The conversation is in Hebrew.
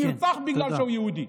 הוא נרצח בגלל שהוא יהודי,